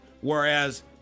Whereas